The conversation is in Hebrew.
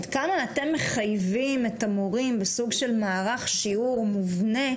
עד כמה אתם מחייבים את המורים בסוג של מערך שיעור מובנה,